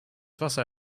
wasser